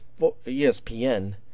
ESPN